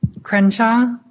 Crenshaw